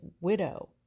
widow